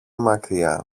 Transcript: μακριά